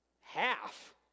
Half